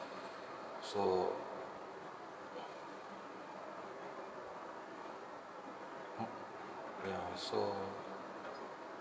so ya so